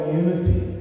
unity